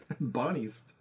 Bonnie's